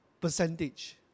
percentage